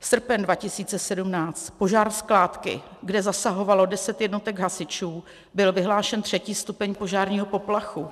Srpen 2017 požár skládky, kde zasahovalo 10 jednotek hasičů, byl vyhlášen třetí stupeň požárního poplachu.